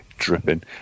dripping